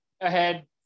ahead